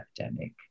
epidemic